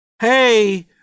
Hey